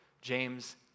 James